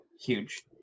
huge